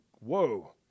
whoa